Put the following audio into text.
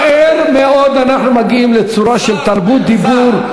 מהר מאוד אנחנו מגיעים לצורה של תרבות דיבור,